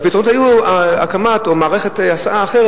והפתרונות היו מערכת הסעה אחרת,